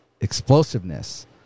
explosiveness